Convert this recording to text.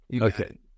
Okay